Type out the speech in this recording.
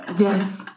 yes